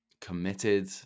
committed